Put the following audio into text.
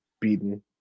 beaten